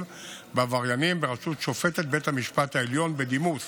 בעבריינים בראשות שופטת בית המשפט העליון בדימוס